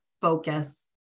focus